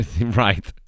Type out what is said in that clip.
Right